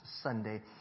Sunday